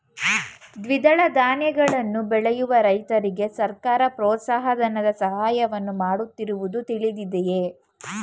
ದ್ವಿದಳ ಧಾನ್ಯಗಳನ್ನು ಬೆಳೆಯುವ ರೈತರಿಗೆ ಸರ್ಕಾರ ಪ್ರೋತ್ಸಾಹ ಧನದ ಸಹಾಯವನ್ನು ಮಾಡುತ್ತಿರುವುದು ತಿಳಿದಿದೆಯೇ?